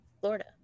Florida